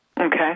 Okay